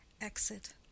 exit